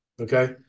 Okay